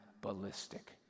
ballistic